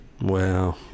wow